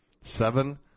Seven